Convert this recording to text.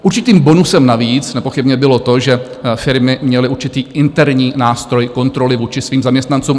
Určitým bonusem navíc nepochybně bylo to, že firmy měly určitý interní nástroj kontroly vůči svým zaměstnancům.